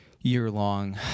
year-long